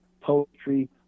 poetry